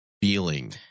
feeling